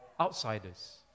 outsiders